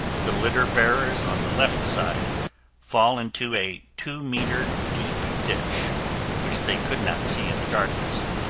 the litter bearers on the left side fall into a two meter deep ditch which they could not see in the darkness.